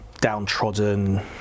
downtrodden